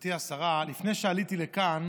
גברתי השרה, לפני שעליתי לכאן